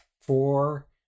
four